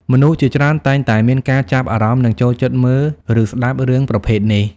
មនុស្សជាច្រើនតែងតែមានការចាប់អារម្មណ៍និងចូលចិត្តមើល ឬស្តាប់រឿងប្រភេទនេះ។